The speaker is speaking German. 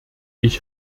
ich